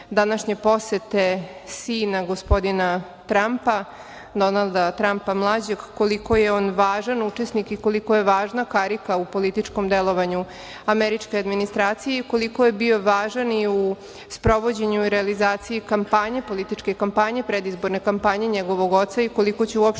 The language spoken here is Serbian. današnje posete sina gospodina Trampa, Donalda Trampa mlađeg, koliko je on važan učesnik i koliko je važna karika u političkom delovanju američke administracije i koliko je bio važan i u sprovođenju i realizaciji političke kampanje, predizborne kampanje njegovog oca i koliko će uopšte